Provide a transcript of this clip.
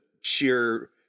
sheer